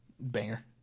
Banger